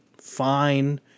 fine